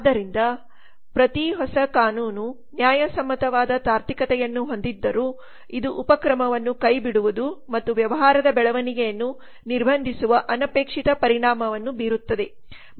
ಆದ್ದರಿಂದ ಪ್ರತಿ ಹೊಸ ಕಾನೂನು ನ್ಯಾಯಸಮ್ಮತವಾದ ತಾರ್ಕಿಕತೆಯನ್ನು ಹೊಂದಿದ್ದರೂ ಇದು ಉಪಕ್ರಮವನ್ನು ಕೈಬಿಡುವುದು ಮತ್ತು ವ್ಯವಹಾರದ ಬೆಳವಣಿಗೆಯನ್ನು ನಿರ್ಬಂಧಿಸುವ ಅನಪೇಕ್ಷಿತ ಪರಿಣಾಮವನ್ನು ಬೀರುತ್ತದೆ